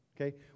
okay